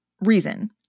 reason